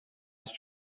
ist